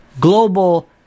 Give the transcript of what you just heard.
Global